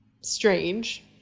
strange